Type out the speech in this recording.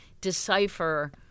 decipher